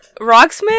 Rocksmith